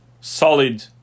solid